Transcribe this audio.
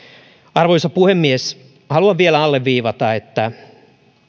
arvoisa puhemies haluan vielä alleviivata että